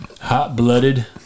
Hot-blooded